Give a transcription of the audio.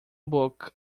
boca